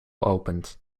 opened